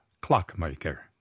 Clockmaker